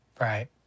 Right